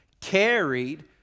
carried